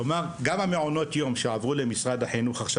כלומר גם מעונות היום שעברו למשרד החינוך,